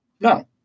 No